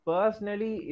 Personally